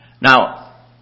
Now